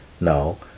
now